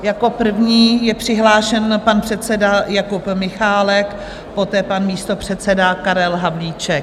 Jako první je přihlášen pan předseda Jakub Michálek, poté pan místopředseda Karel Havlíček.